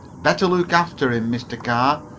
better look after him, mr. carr.